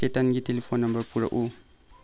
ꯆꯦꯇꯟꯒꯤ telephone number ꯄꯨꯔꯛꯎ